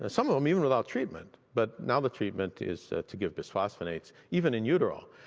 ah some of them, even without treatment. but now the treatment is to give bisphosphonates even in utero.